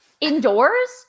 Indoors